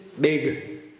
big